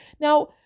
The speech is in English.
now